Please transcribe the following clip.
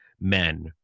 men